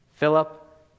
Philip